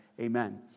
amen